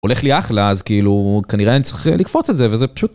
הולך לי אחלה, אז כאילו כנראה אני צריך לקפוץ את זה וזה פשוט.